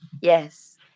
yes